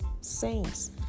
saints